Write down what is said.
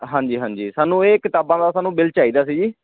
ਹਾਂਜੀ ਹਾਂਜੀ ਸਾਨੂੰ ਇਹ ਕਿਤਾਬਾਂ ਦਾ ਸਾਨੂੰ ਬਿੱਲ ਚਾਹੀਦਾ ਸੀ ਜੀ